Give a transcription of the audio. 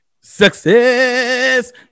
success